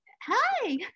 Hi